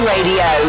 Radio